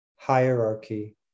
hierarchy